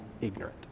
ignorant